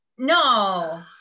No